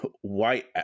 White